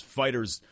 fighters